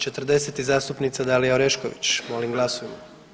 40. zastupnica Dalija Orešković, molim glasujmo.